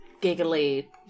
giggly